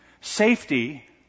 safety